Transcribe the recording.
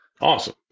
Awesome